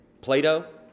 Plato